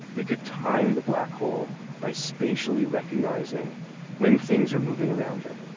we could time the black hole by spatialy recognizing when things are moving around it.